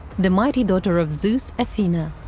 the mighty daughter of zeus athena,